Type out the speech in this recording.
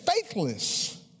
faithless